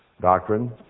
doctrine